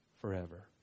forever